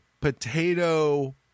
potato